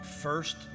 first